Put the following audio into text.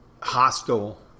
hostile